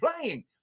playing